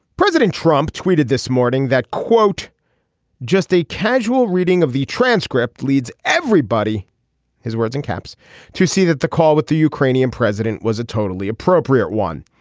president trump tweeted this morning that quote just a casual reading of the transcript leads everybody his words in caps to see that the call with the ukrainian president was a totally appropriate one.